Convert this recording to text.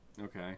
Okay